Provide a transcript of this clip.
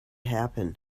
happen